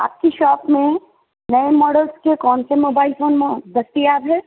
آپ کی شاپ میں نئے ماڈلس کے کون سے موبائل فون مو دستیاب ہے